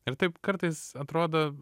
ir taip kartais atrodo